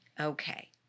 Okay